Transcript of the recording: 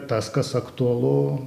tas kas aktualu